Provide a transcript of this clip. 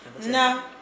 No